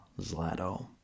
Zlato